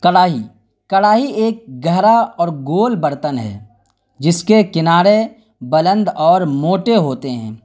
کڑاہی کڑاہی ایک گہرا اور گول برتن ہے جس کے کنارے بلند اور موٹے ہوتے ہیں